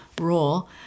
role